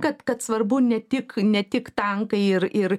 kad kad svarbu ne tik ne tik tankai ir ir